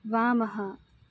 वामः